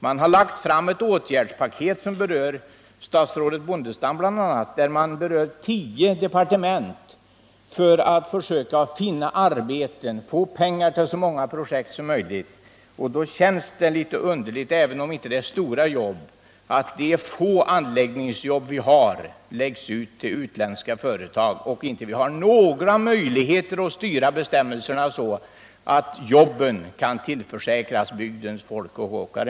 Man har lagt fram ett åtgärdspaket som berör tio departement, däribland statsrådet Bondestams, för att försöka finna arbeten och få pengar till så många projekt som möjligt. Då känns det litet underligt att de få anläggningsjobb vi har läggs ut till ett utländskt företag även om det inte gäller stora jobb — och att vi inte har några möjligheter att styra så att jobben kan tillförsäkras bygdens folk och åkare.